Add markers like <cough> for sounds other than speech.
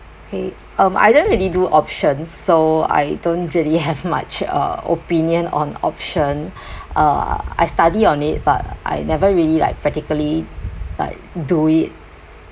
!hey! um I don't really do options so I don't really have much uh opinion on option <breath> uh I study on it but I never really like practically like do it